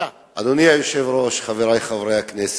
אדוני היושב-ראש, חברי חברי הכנסת,